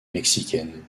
mexicaine